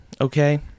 okay